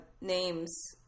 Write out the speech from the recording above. names